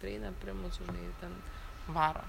prieina prie mūsų žinai ir ten varo